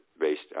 based